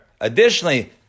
Additionally